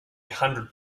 hundred